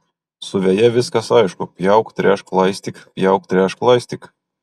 su veja viskas aišku pjauk tręšk laistyk pjauk tręšk laistyk